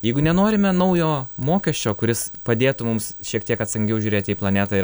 jeigu nenorime naujo mokesčio kuris padėtų mums šiek tiek atsakingiau žiūrėti į planetą ir